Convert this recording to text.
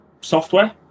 software